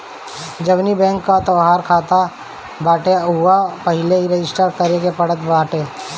जवनी बैंक कअ तोहार खाता बाटे उहवा पहिले रजिस्टर करे के पड़त बाटे